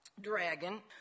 dragon